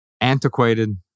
antiquated